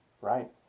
right